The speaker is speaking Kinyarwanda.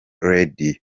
radiyo